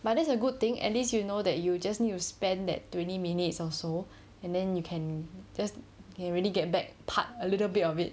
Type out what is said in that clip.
but that's a good thing at least you know that you just need to spend that twenty minutes or so and then you can just can you really get back part a little bit of it